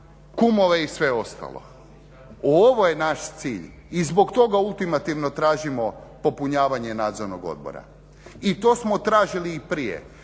kumove i sve ostalo. Ovo je naš cilj i zbog toga ultimativno tražimo popunjavanje nadzornog odbora. I to smo tražili i prije